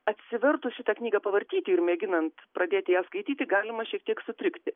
atsivertus šitą knygą pavartyti ir mėginant pradėti ją skaityti galima šiek tiek sutrikti